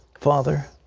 father,